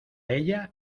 ella